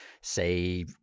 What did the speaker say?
say